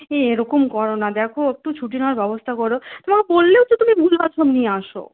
এ এই রকম কোর না দেখো একটু ছুটি নেওয়ার ব্যবস্থা করো তোমায় বললেও তো তুমি ভুলভাল সব নিয়ে আস